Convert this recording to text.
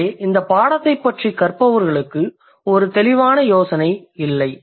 எனவே இந்தப் பாடத்தைப் பற்றிக் கற்பவர்களுக்கு ஒரு தெளிவான யோசனை இல்லை